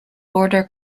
border